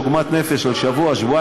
יש עוגמת נפש של שבוע-שבועיים,